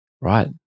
right